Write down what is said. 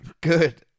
Good